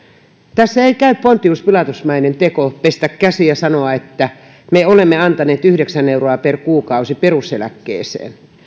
tässä ei käy pontiuspilatusmainen teko pestä käsiä ja sanoa että me olemme antaneet yhdeksän euroa per kuukausi peruseläkkeeseen